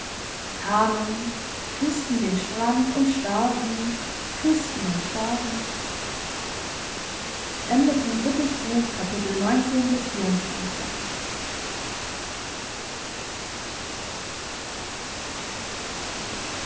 kamen küssten den strand und starben küssten und starben